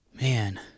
Man